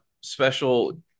special